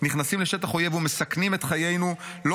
נכנסים לשטח אויב ומסכנים את חיינו לא